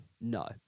No